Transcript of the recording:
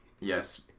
Yes